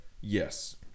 yes